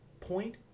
Point